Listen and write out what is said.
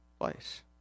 place